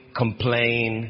complain